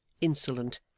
insolent